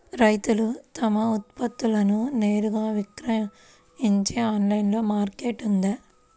రైతులు తమ ఉత్పత్తులను నేరుగా విక్రయించే ఆన్లైను మార్కెట్ ఉందా?